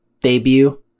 debut